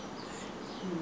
was born and bred